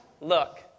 look